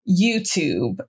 YouTube